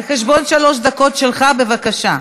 איסלנד ניצחו 2:1. על חשבון שלוש דקות שלך, בבקשה.